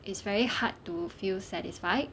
it's very hard to feel satisfied